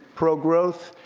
pro-growth,